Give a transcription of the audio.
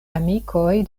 amikoj